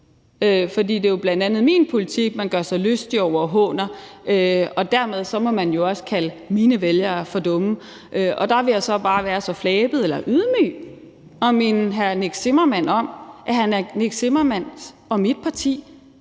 for det er jo bl.a. min politik, man gør sig lystig over og håner, og dermed må man jo også kalde mine vælgere dumme. Der vil jeg så bare være så flabet eller ydmyg at minde hr. Nick Zimmermann om, at hr. Nick Zimmermanns parti og mit parti